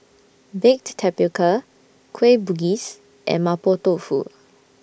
Baked Tapioca Kueh Bugis and Mapo Tofu